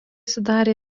sudaro